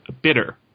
bitter